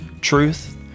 Truth